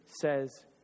says